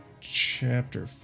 chapter